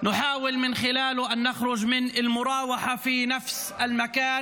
אנחנו מקווים שזה יישאר "נפצעו קשה" וזה לא גרוע מזה,